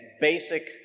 basic